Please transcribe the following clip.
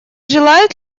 желают